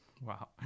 Wow